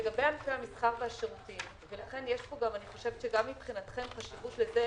לגבי ענפי המסחר והשירותים ולכן גם מבחינתכם יש חשיבות לזה